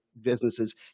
businesses